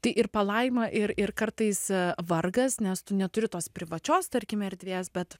tai ir palaima ir ir kartais vargas nes tu neturi tos privačios tarkim erdvės bet